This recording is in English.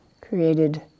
created